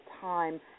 time